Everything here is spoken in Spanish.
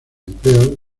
empleos